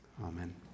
Amen